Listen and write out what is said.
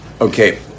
Okay